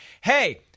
Hey